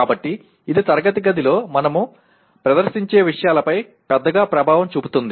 కాబట్టి ఇది తరగతి గదిలో మనము ప్రదర్శించే విషయాలపై పెద్దగా ప్రభావం చూపుతుంది